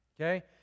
Okay